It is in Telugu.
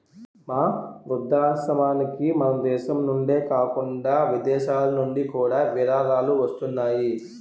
మా వృద్ధాశ్రమానికి మనదేశం నుండే కాకుండా విదేశాలనుండి కూడా విరాళాలు వస్తున్నాయి